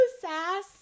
sass